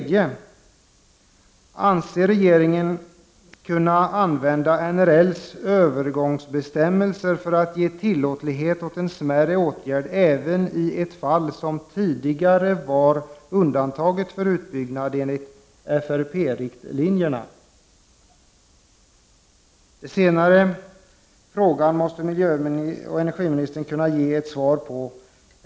Anser sig regeringen kunna använda NRL:s övergångsbestämmelser för att ge tillåtlighet åt en smärre åtgärd även i ett fall som tidigare var undantaget från utbyggnad enligt FRP-riktlinjerna? Den senare frågan måste miljöoch energiministern kunna ge ett svar på.